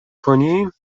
کنیم